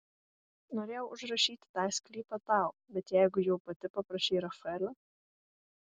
norėjau užrašyti tą sklypą tau bet jeigu jau pati paprašei rafaelio